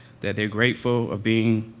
that they're grateful of being,